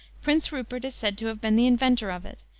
prince rupert said to have been the inventor of it,